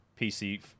PC